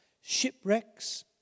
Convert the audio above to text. shipwrecks